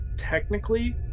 technically